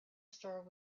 store